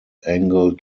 angle